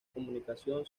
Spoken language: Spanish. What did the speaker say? comunicación